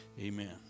Amen